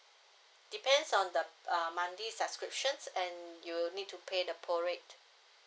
depends on the uh monthly subscription and you will need to pay the pole rate